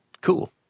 Cool